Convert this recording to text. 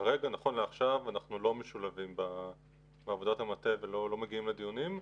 כרגע אנחנו לא משולבים בעבודת המטה ולא מגיעים לדיונים.